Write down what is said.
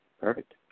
Perfect